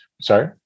sorry